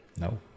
No